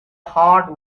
hard